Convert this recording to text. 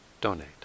donate